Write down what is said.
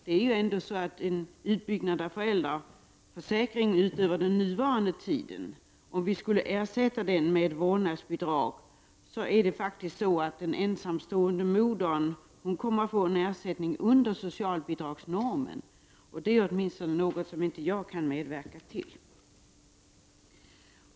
Om vi skulle ersätta en utbyggnad av föräldraförsäkringen med vårdnadsbidrag, kommer faktiskt den ensamstående modern att få en ersättning som är lägre än socialbidragsnormen. Det är något som åtminstone inte jag kan medverka till.